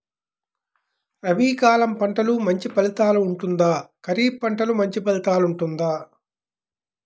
రబీ కాలం పంటలు మంచి ఫలితాలు ఉంటుందా? ఖరీఫ్ పంటలు మంచి ఫలితాలు ఉంటుందా?